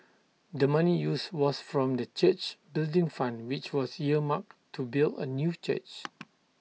the money used was from the church's Building Fund which was earmarked to build A new church